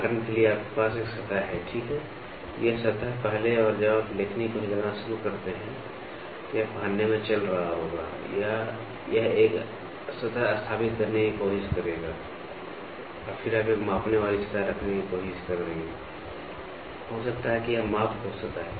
उदाहरण के लिए आपके पास एक सतह है ठीक है यह सतह पहले और जब आप लेखनी को हिलाना शुरू करते हैं तो यह पहनने में चल रहा होगा या यह एक सतह स्थापित करने की कोशिश करेगा और फिर आप एक मापने वाली सतह रखने की कोशिश करेंगे हो सकता है कि यह माप हो सतह